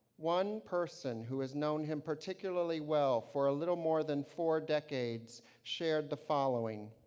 one person who has known him particularly well for a little more than four decades, shared the following.